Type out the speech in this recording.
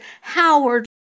Howard